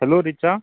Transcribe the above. hello Richa